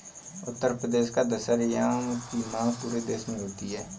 उत्तर प्रदेश का दशहरी आम की मांग पूरे देश में होती है